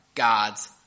God's